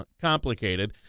complicated